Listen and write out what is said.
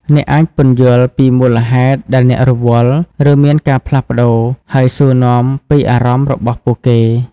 អ្នកអាចពន្យល់ពីមូលហេតុដែលអ្នករវល់ ឬមានការផ្លាស់ប្តូរ ហើយសួរនាំពីអារម្មណ៍របស់ពួកគេ។